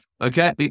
Okay